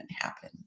happen